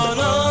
no